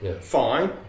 fine